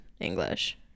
English